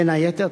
בין היתר,